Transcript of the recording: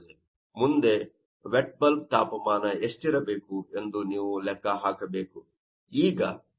ಮುಂದೆ wet bulb ತಾಪಮಾನ ಎಷ್ಟಿರಬೇಕು ಎಂದು ನೀವು ಲೆಕ್ಕ ಹಾಕಬೇಕು